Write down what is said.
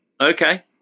okay